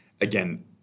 again